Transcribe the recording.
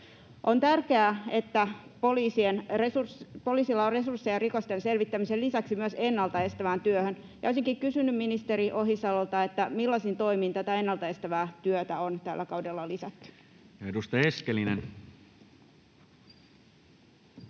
On tärkeää, että poliisilla on resursseja rikosten selvittämisen lisäksi ennalta estävään työhön, ja olisin kysynyt ministeri Ohisalolta: millaisiin toimiin tätä ennalta estävää työtä on tällä kaudella lisätty? Ja edustaja Eskelinen.